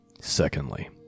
Secondly